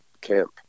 camp